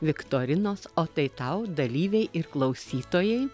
viktorinos o tai tau dalyviai ir klausytojai